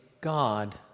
God